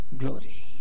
glory